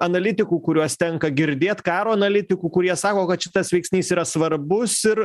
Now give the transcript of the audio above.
analitikų kuriuos tenka girdėt karo analitikų kurie sako kad šitas veiksnys yra svarbus ir